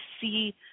see